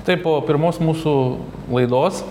taip po pirmos mūsų laidos